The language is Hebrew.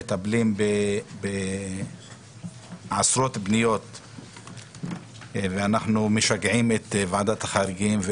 מטפלים בעשרות פניות ומשגעים את ועדת החריגים,